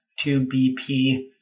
2BP